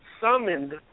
summoned